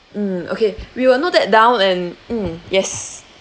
mm okay we will note that down and mm yes